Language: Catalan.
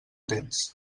tens